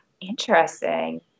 Interesting